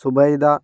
Subaida